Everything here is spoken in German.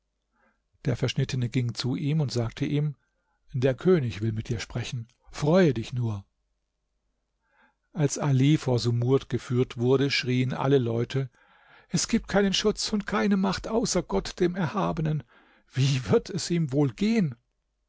der verschnittene ging zu ihm und sagte ihm der könig will mit dir sprechen freue dich nur als ali vor sumurd geführt wurde schrieen alle leute es gibt keinen schutz und keine macht außer gott dem erhabenen wie wird es ihm wohl gehen